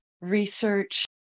research